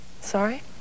sorry